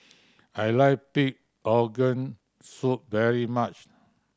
I like pig organ soup very much